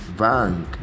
bank